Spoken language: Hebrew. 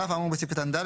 על אף האמור בסעיף קטן (ד),